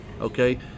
okay